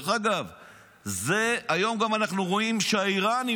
היום אנחנו רואים שהאיראנים,